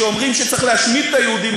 שאומרים שצריך להשמיד את היהודים,